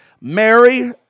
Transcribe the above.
Mary